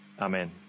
Amen